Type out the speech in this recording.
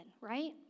right